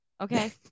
Okay